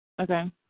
Okay